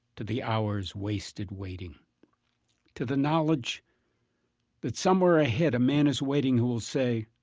to the hours wasted waiting to the knowledge that somewhere ahead a man is waiting who will say,